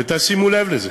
ותשימו לב לזה,